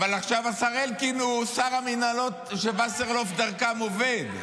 אבל עכשיו השר אלקין הוא שר המינהלות שוסרלאוף דרכן עובד.